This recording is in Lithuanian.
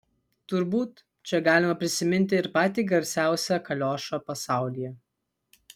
turbūt čia galima prisiminti ir patį garsiausią kaliošą pasaulyje